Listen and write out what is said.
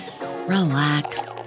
relax